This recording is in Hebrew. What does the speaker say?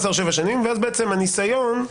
שוב,